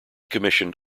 commissioned